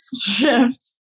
shift